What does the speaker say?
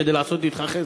כדי לעשות עמך חסד,